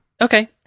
Okay